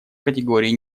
категории